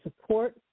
support